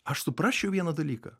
aš suprasčiau vieną dalyką